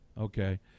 Okay